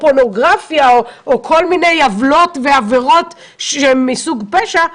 פורנוגרפיה או כל מיני עוולות ועבירות מסוג פשע,